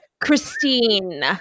Christine